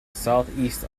southeast